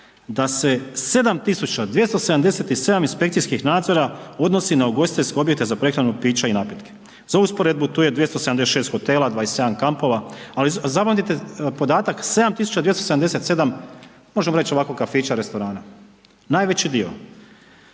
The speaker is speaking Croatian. da se 7.277 inspekcijskih nadzora odnosi na ugostiteljske objekte za prehranu, piće i napitke, za usporedbu tu je 276 hotela, 27 kampova, ali zapamtite podatak 7.277 možemo reći ovako kafića, restorana, najveći dio.